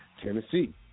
Tennessee